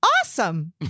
Awesome